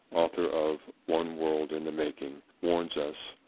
author of one world in the making, warns us,